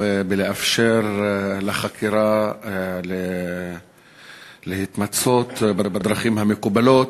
לאפשר לחקירה להתמצות בדרכים המקובלות.